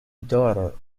daughter